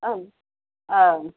ಹಾಂ ಹಾಂ